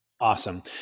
Awesome